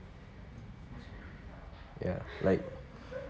ya like